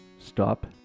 Stop